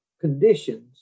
conditions